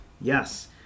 yes